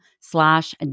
slash